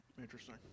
Interesting